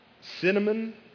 cinnamon